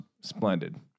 splendid